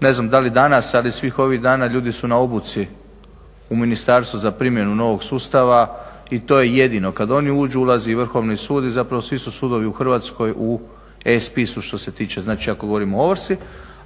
ne znam da li danas, ali svih ovih dana ljudi su na obuci u ministarstvu za primjenu novog sustava i to je jedino. Kada oni uđu ulazi Vrhovni sud i zapravo svi su sudovi u Hrvatskoj u e-spisu što se tiče, znači ako govorimo o ovrsi.